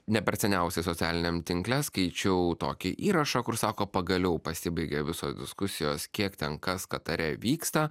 ne per seniausiai socialiniam tinkle skaičiau tokį įrašą kur sako pagaliau pasibaigė visos diskusijos kiek ten kas katare vyksta